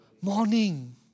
morning